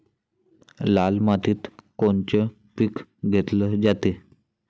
लाल मातीत कोनचं पीक घेतलं जाते?